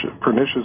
pernicious